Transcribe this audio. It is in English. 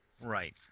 Right